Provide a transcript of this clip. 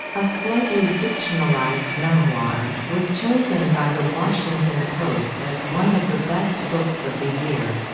a slightly fictionalized memoir, was chosen by the washington post as one of the best books of the year.